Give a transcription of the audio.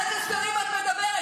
על איזה שקרים את מדברת?